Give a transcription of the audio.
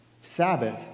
Sabbath